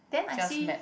then I see